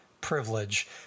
privilege